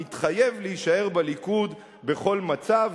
מתחייב להישאר בליכוד בכל מצב,